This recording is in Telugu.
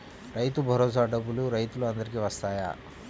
రైతు భరోసా డబ్బులు రైతులు అందరికి వస్తాయా?